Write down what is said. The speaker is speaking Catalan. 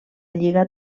lliga